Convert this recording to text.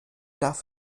darf